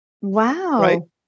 Wow